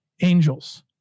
angels